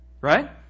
Right